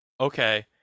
okay